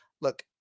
look